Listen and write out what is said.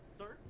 sir